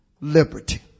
liberty